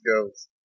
goes